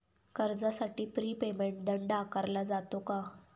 कर्जासाठी prepayment दंड आकारला जातो का?